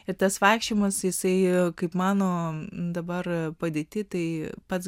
ir tas vaikščiojimas jisai kaip mano dabar padėtį tai pats